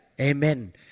Amen